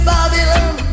Babylon